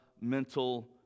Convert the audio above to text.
mental